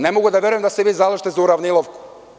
Ne mogu da verujem da se vi zalažete za uravnilovku.